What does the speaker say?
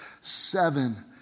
seven